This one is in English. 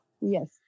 Yes